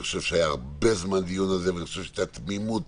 אני חושב שהיה הרבה זמן דיון על זה והיתה תמימות